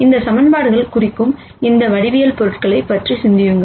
இந்த ஈக்குவேஷன்கள் குறிக்கும் அந்த ஜாமெட்ரிக் ஆப்ஜெக்ட் பற்றி சிந்தியுங்கள்